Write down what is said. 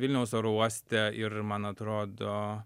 vilniaus oro uoste ir man atrodo